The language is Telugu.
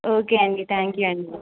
ఓకే అండి థ్యాంక్ యూ అండి